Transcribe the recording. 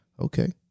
okay